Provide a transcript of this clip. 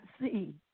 see